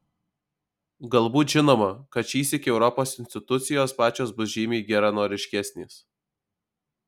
galbūt žinoma kad šįsyk europos institucijos pačios bus žymiai geranoriškesnės